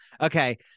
Okay